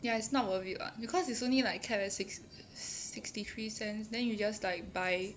ya it's not worth it [what] because it's only like cap at six sixty three cents then you just like buy